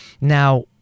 Now